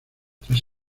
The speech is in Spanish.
tras